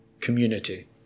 community